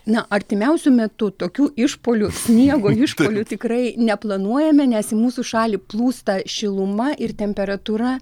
na artimiausiu metu tokių išpuolių sniego išpuolių tikrai neplanuojame nes į mūsų šalį plūsta šiluma ir temperatūra